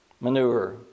manure